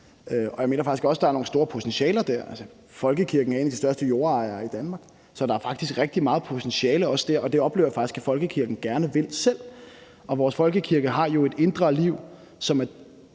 og jeg mener faktisk også, der er nogle store potentialer dér. Folkekirken er en af de største jordejere i Danmark. Så der er rigtig meget potentiale også dér, og det oplever jeg faktisk at folkekirken gerne selv vil. Vores folkekirke har jo et indre liv, som er